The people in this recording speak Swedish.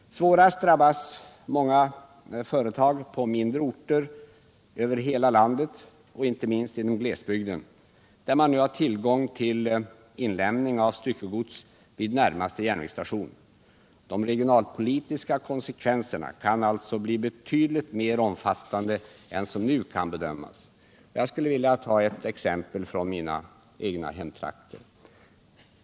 Svårast drabbas många företag på mindre orter över hela landet, inte minst inom glesbygden där man nu har tillgång till inlämning av styckegods vid närmaste järnvägsstation. De regionalpolitiska konsekvenserna kan alltså bli betydligt mer omfattande än som nu kan bedömas. Jag skall ta ett exempel från mina egna hemtrakter.